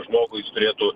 žmogų jis turėtų